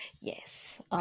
Yes